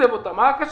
מה זה קשר?